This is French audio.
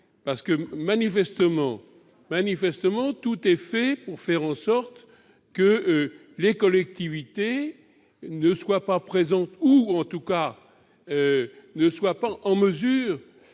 oui ! Manifestement, tout est fait pour que les collectivités ne soient pas présentes ou, en tout cas, ne soient pas en mesure